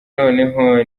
noneho